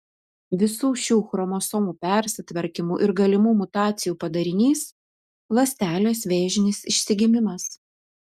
visų šių chromosomų persitvarkymų ir galimų mutacijų padarinys ląstelės vėžinis išsigimimas